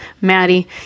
Maddie